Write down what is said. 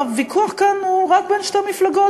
הוויכוח כאן הוא רק בין שתי מפלגות,